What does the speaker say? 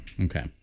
Okay